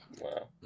wow